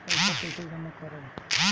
पैसा कईसे जामा करम?